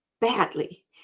badly